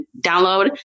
download